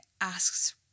asks